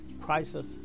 crisis